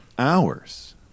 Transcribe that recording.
hours